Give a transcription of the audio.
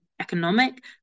economic